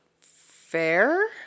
Fair